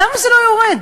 למה זה לא יורד?